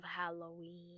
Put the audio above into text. Halloween